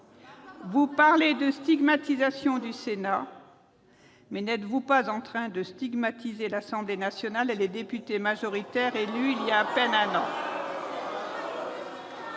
Vous parlez de stigmatisation du Sénat, mais n'êtes-vous pas en train de stigmatiser l'Assemblée nationale et sa majorité élue il y a à peine un an ?